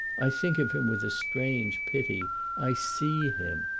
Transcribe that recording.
i think of him with a strange pity i see him!